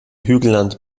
hügelland